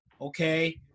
okay